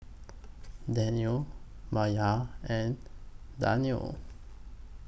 Daniel Maya and Danial